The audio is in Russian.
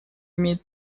имеет